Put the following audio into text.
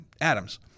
Adams